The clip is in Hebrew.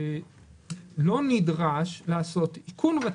לא נדרש לעשות איכון רציף.